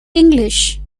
english